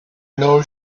know